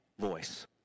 voice